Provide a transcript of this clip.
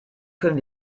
können